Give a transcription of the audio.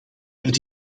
het